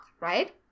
right